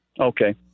Okay